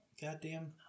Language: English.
Goddamn